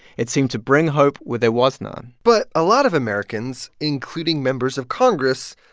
it seemed to bring hope where there was none. but a lot of americans, including members of congress,